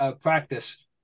practice